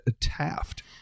Taft